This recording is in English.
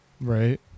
right